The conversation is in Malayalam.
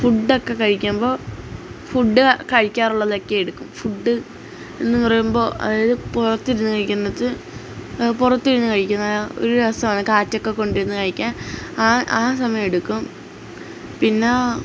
ഫുഡൊക്കെ കഴിക്കുമ്പോൾ ഫുഡ് കഴിക്കാറുള്ളതൊക്കെ എടുക്കും ഫുഡ് എന്നു പറയുമ്പോൾ അതായത് പുറത്തിരുന്ന് കഴിക്കുന്നത് പുറത്തിരുന്നു കഴിക്കുന്നത് ഒരു രസമാണ് കാറ്റൊക്കെ കൊണ്ടിരുന്ന് കഴിക്കാൻ ആ ആ സമയം എടുക്കും പിന്നെ